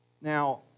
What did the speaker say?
Now